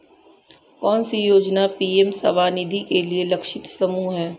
कौन सी योजना पी.एम स्वानिधि के लिए लक्षित समूह है?